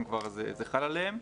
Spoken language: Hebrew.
זה חל עליהן.